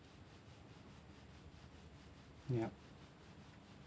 yup